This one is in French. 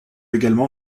également